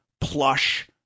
plush